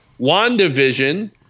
WandaVision